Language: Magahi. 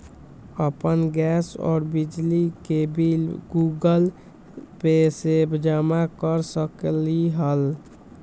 अपन गैस और बिजली के बिल गूगल पे से जमा कर सकलीहल?